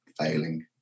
failing